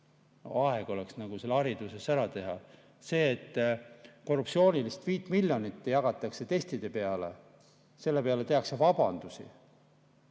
Aeg oleks nagu see hariduses ära teha. Selle tõttu, et korruptsioonilist 5 miljonit jagatakse testide peale, esitatakse vabandusi.